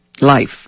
Life